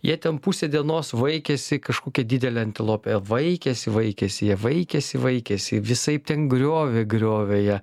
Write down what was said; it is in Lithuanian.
jie ten pusę dienos vaikėsi kažkokią didelę antilopę vaikėsi vaikėsi ją vaikėsi vaikėsi visaip ten griovė griovė ją